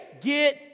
get